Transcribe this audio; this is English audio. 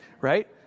right